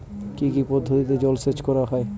কি কি পদ্ধতিতে জলসেচ করা হয়?